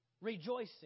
Rejoicing